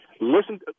listen